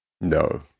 No